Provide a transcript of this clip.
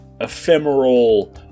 ephemeral